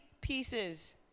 pieces